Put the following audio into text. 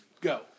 Go